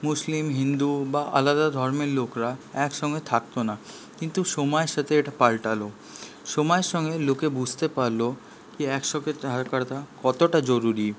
মুসলিম হিন্দু বা আলাদা ধর্মের লোকরা একসঙ্গে থাকতো না কিন্তু সময়ের সাথে এটা পালটালো সময়ের সঙ্গে লোকে বুঝতে পারলো কি একসঙ্গে থাকাটা কতটা জরুরী